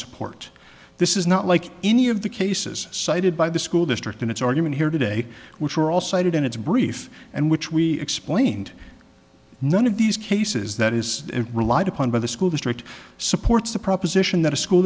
support this is not like any of the cases cited by the school district in its argument here today which were all cited in its brief and which we explained none of these cases that is relied upon by the school district supports the proposition that a school